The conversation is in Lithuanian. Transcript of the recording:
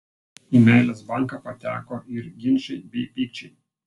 į meilės banką pateko ir ginčai bei pykčiai